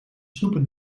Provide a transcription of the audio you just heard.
snoepen